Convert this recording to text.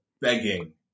begging